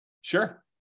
sure